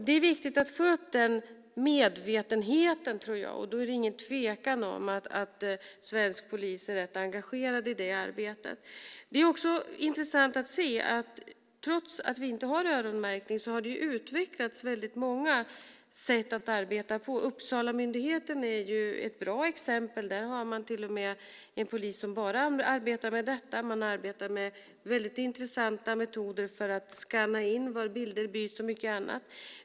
Det är viktigt att få upp den medvetenheten, och då är det ingen tvekan om att svensk polis är rätt engagerad i det arbetet. Det är också intressant att se att det, trots att vi inte har någon öronmärkning, har utvecklats väldigt många sätt att arbeta. Uppsalamyndigheten är ett bra exempel. Där har man till och med en polis som bara arbetar med detta, och man arbetar med väldigt intressanta metoder för att skanna in var bilder byts och mycket annat.